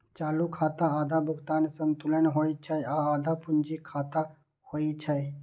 चालू खाता आधा भुगतान संतुलन होइ छै आ आधा पूंजी खाता होइ छै